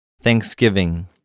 Thanksgiving